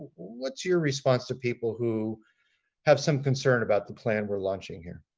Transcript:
what's your response to people who have some concern about the plan we're launching here?